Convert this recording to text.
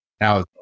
now